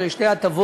אלה שתי הטבות